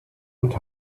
und